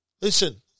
Listen